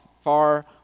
far